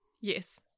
Yes